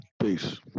Peace